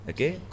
Okay